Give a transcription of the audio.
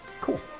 Cool